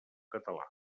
català